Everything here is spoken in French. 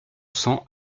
cents